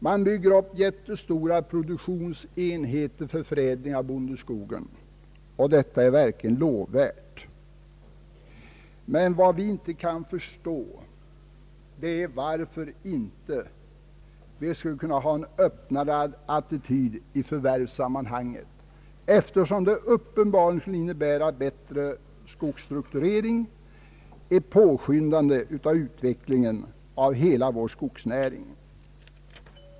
Man bygger upp jättestora produktionsenheter för förädling av bondeskogen. Detta är verkligen lovvärt. Men vi kan inte förstå varför vi inte skulle kunna ha en öppnare attityd 1 förvärvssammanhang, eftersom det uppenbarligen skulle innebära «bättre skogsstrukturering och ett påskyndande av utvecklingen av hela vår skogsnäring.